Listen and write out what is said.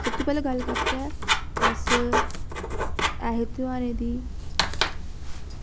सब तू पैह्लें गल्ल करचै अस ऐसे ध्यारें दी